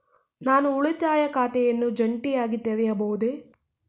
ನಾನು ಉಳಿತಾಯ ಖಾತೆಯನ್ನು ಜಂಟಿಯಾಗಿ ತೆರೆಯಬಹುದೇ?